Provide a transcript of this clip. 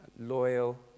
loyal